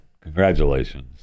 congratulations